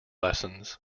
lessons